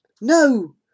No